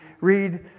read